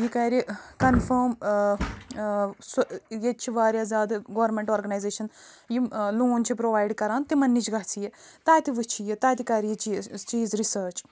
یہِ کَرِ کنفٲرف اۭں سُہ ییٚتہِ چھِ وارِیاہ زیادٕ گورمیٚنٹ آرگَنیزیشن یِم لون چھِ پرووایڈ کَران تِمن نِش گَژھِ یہِ تَتہِ وُچھہِ یہِ تَتہِ کَرِ یہِ چی چیٖز رِسٲرٕچ